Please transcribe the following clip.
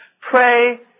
pray